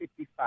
55